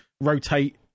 rotate